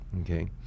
okay